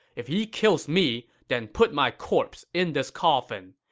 if he kills me, then put my corpse in this coffin.